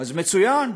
אז מצוין.